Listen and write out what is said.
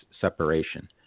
separation